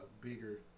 bigger